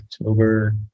October